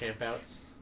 campouts